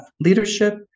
leadership